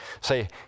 say